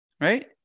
Right